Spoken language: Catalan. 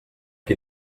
qui